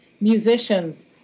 musicians